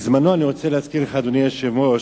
בזמנו, אני רוצה להזכיר לך, אדוני היושב-ראש,